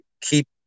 keep